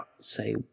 Say